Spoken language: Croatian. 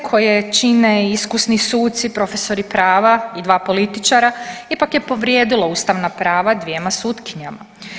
DSV koje čine i iskusni suci, profesori prava i dva političara ipak je povrijedilo ustavna prava dvjema sutkinjama.